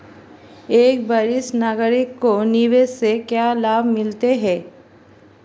एक वरिष्ठ नागरिक को निवेश से क्या लाभ मिलते हैं?